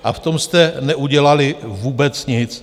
A v tom jste neudělali vůbec nic.